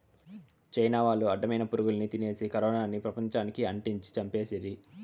China వాళ్లు అడ్డమైన పురుగుల్ని తినేసి కరోనాని పెపంచానికి అంటించి చంపేస్తిరి